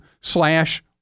slash